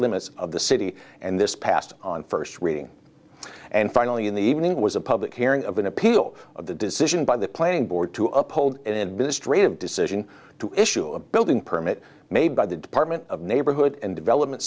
limits of the city and this passed on first reading and finally in the evening it was a public hearing of an appeal of the decision by the playing board to uphold in ministry of decision to issue a building permit made by the department of neighborhood and development